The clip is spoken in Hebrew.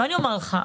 מה אני אומר לך?